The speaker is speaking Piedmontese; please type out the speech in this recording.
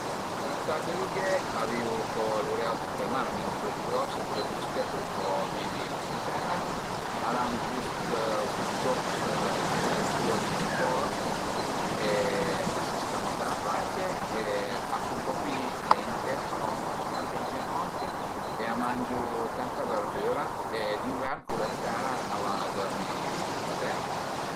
Le tartarüghe a vivu co lur auti ënt ël mar, almenu cule pi grose, cule pi cite a pölu co vivi ën la tera, al an cust cust io tut d'anturn al corp ch'a së ciama carapace e a sun propi lente, a van propi pian pian pianot e a mangiu tanta verdüra e d'invern cule dë tera a van a dörmi sut a tera